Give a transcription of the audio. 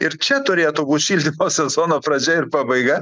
ir čia turėtų būt šildymo sezono pradžia ir pabaiga